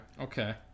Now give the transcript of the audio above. Okay